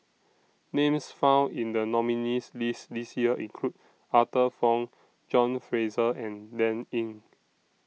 Names found in The nominees' list This Year include Arthur Fong John Fraser and Dan Ying